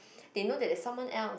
they know that there's someone else